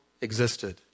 existed